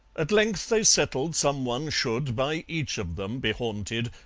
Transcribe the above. at length they settled some one should by each of them be haunted,